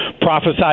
prophesied